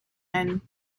and